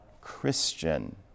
Christian